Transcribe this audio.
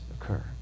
occur